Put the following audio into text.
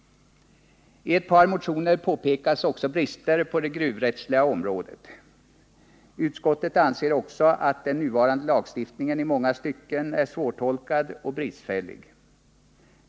I ett par motioner pekas på brister på det gruvrättsliga området. Utskottet anser också att den nuvarande lagstiftningen i många stycken är svårtolkad och bristfällig.